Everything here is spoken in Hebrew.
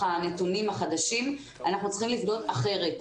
הנתונים החדשים אנחנו צריכים לבנות אחרת.